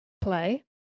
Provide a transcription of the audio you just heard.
play